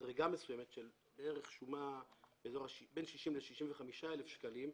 מדרגה מסוימת של ערך שומה שהוא בין 60,000 שקלים ל-65,000 שקלים,